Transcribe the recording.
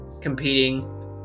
competing